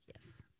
Yes